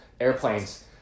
airplanes